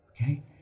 okay